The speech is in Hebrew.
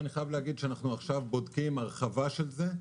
אני חייב להגיד שעכשיו אנחנו בודקים הרחבה של זה,